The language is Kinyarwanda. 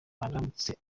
aramutse